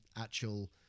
actual